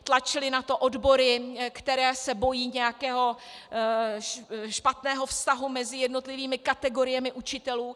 Tlačily na to odbory, které se bojí nějakého špatného vztahu mezi jednotlivými kategoriemi učitelů.